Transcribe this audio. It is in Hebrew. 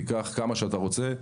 תיקח כמה שאתה רוצה.